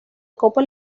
copa